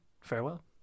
Farewell